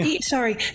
sorry